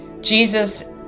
jesus